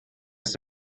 ist